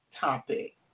topic